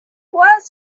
was